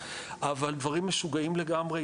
אבל דברים משוגעים לגמרי,